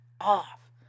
off